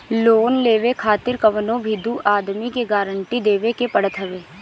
loan लेवे खातिर कवनो भी दू आदमी के गारंटी देवे के पड़त हवे